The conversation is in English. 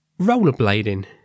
rollerblading